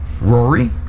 Rory